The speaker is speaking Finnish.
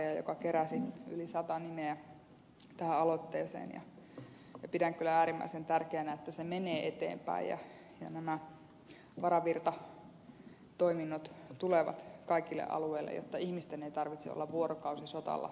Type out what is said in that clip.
kalmaria joka keräsi yli sata nimeä tähän aloitteeseen ja pidän kyllä äärimmäisen tärkeänä että se menee eteenpäin ja nämä varavirtatoiminnot tulevat kaikille alueille jotta ihmisten ei tarvitse olla vuorokausisotalla täydessä motissa